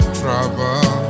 trouble